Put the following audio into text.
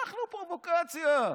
אנחנו פרובוקציה.